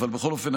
בכל אופן,